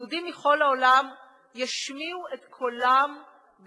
שיהודים מכל העולם ישמיעו את קולם ביחס